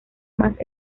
más